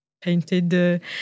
painted